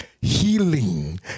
healing